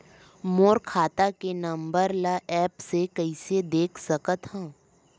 मोर खाता के नंबर ल एप्प से कइसे देख सकत हव?